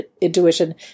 Intuition